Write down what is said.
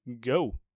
go